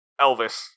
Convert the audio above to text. Elvis